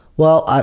well,